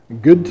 good